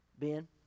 Ben